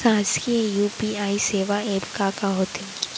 शासकीय यू.पी.आई सेवा एप का का होथे?